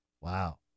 Wow